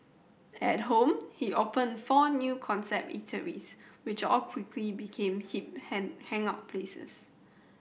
at home he opened four new concept eateries which all quickly became hip hang hangout places